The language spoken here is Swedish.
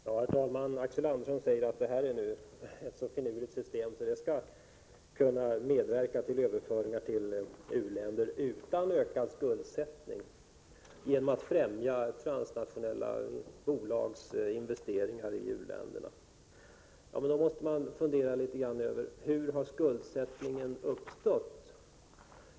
Herr talman! Axel Andersson säger att detta är ett så finurligt system att det genom att främja transnationella bolags investeringar i u-länderna skall kunna medverka till överföringar till u-länder utan ökad skuldsättning för dessa länder. Men då måste man fundera litet över hur skuldsättningen har uppstått.